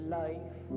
life